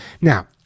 Now